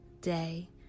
day